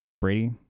Brady